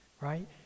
right